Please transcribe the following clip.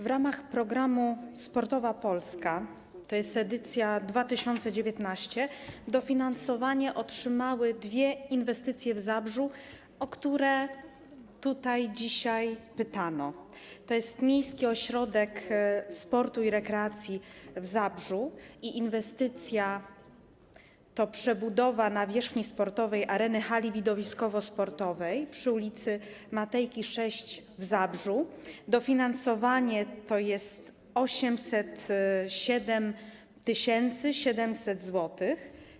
W ramach programu sportowa Polska - to jest edycja 2019 - dofinansowanie otrzymały dwie inwestycje w Zabrzu, o które tutaj dzisiaj pytano, tj. Miejski Ośrodek Sportu i Rekreacji w Zabrzu, a inwestycja to przebudowa nawierzchni sportowej areny hali widowiskowo-sportowej przy ul. Matejki 6 w Zabrzu, dofinansowanie to 807 700 zł.